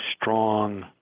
strong